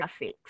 graphics